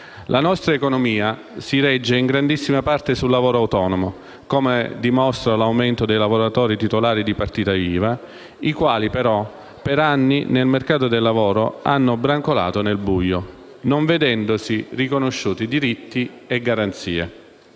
La nostra economia si regge in grandissima parte sul lavoro autonomo, come dimostra l'aumento dei lavoratori titolari di partita IVA, i quali però per anni nel mercato del lavoro hanno brancolato nel buio, non vedendosi riconosciuti diritti e garanzie.